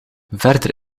verder